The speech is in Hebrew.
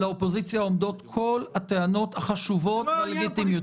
לאופוזיציה עומדות כל הטענות החשובות והלגיטימיות.